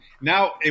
now